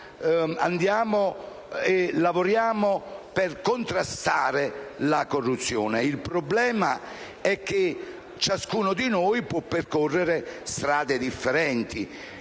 Aula, lavoriamo per contrastare la corruzione. Il problema è che ciascuno di noi può percorrere strade differenti: